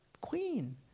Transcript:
Queen